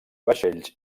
vaixells